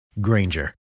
Granger